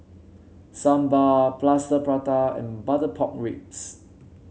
sambal Plaster Prata and Butter Pork Ribs